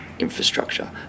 Infrastructure